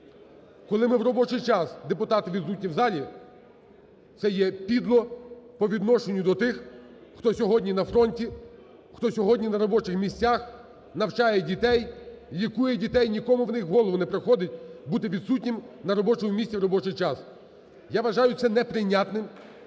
коли в робочий час депутати відсутні в залі, це є підло по відношенню до тих, хто сьогодні на фронті, хто сьогодні на робочих місцях навчає дітей, лікує дітей і нікому з них в голову не приходить бути відсутнім на робочому місці в робочий час. Я вважаю це неприйнятним